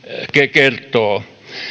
kertoo